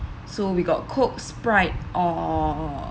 so we got Coke Sprite or